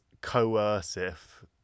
coercive